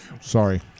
Sorry